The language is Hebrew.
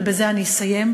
ובזה אני אסיים,